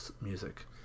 music